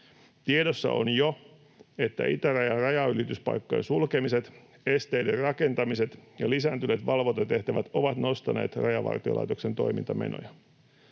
Tiedossa on jo, että itärajan rajanylityspaikkojen sulkemiset, esteiden rakentamiset ja lisääntyneet valvontatehtävät ovat nostaneet Rajavartiolaitoksen toimintamenoja.